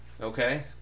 Okay